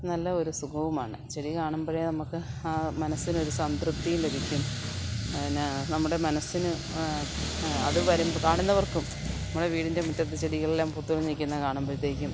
നല്ല ഒരു സുഖവുമാണ് ചെടി കാണുമ്പോഴേ നമ്മള്ക്ക് ആ മനസ്സിനൊരു സംതൃപ്തിയും ലഭിക്കും പിന്നെ നമ്മുടെ മനസ്സിന് അതുവരെ കാണുന്നവർക്കും നമ്മുടെ വീടിൻ്റെ മുറ്റത്ത് ചെടികളെല്ലാം പൂത്ത് നില്ക്കുന്നത് കാണുമ്പോഴത്തേക്കും